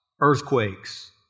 earthquakes